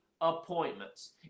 appointments